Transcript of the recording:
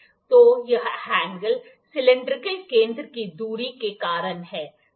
तो यह angle cylindrical केंद्र की दूरी के कारण है